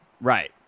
Right